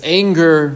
anger